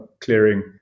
clearing